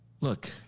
Look